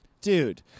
Dude